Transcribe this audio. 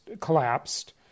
collapsed